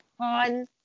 on